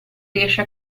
riesce